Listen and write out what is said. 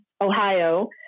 Ohio